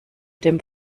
dem